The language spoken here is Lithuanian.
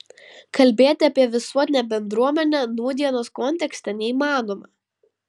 kalbėti apie visuotinę bendruomenę nūdienos kontekste neįmanoma